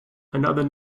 another